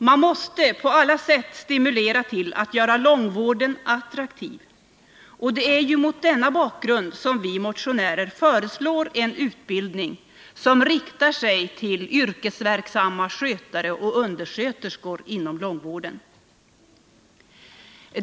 Vi måste på alla sätt göra långvården attraktiv. Det är mot denna bakgrund som vi motionärer föreslår en utbildning som riktar sig till yrkesverksamma skötare och undersköterskor inom långvården.